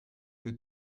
que